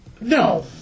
No